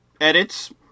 edits